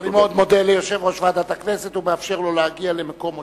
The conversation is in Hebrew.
אני מודה ליושב-ראש ועדת הכנסת ומאפשר לו להגיע למקום מושבו,